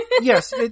Yes